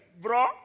Bro